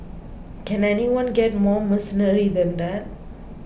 can anyone get more mercenary than that